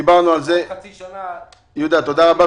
תודה רבה.